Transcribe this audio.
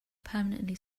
permanently